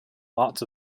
lots